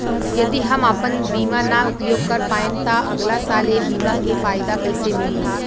यदि हम आपन बीमा ना उपयोग कर पाएम त अगलासाल ए बीमा के फाइदा कइसे मिली?